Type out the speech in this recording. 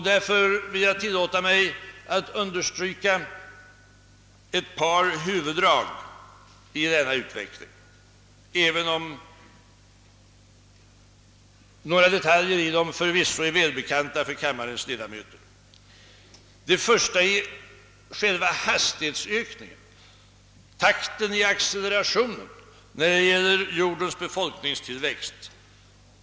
Därför vill jag tillåta mig att understryka ett par huvuddrag i denna utveckling, även om många detaljer i den förvisso är välbekanta för kammarens ledamöter. Det första är själva accelerationen i fråga om jordens befolkningstillväxt.